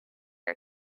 are